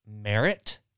merit